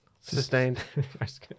Sustained